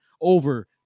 over